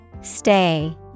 Stay